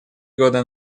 года